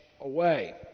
away